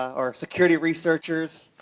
or security researchers,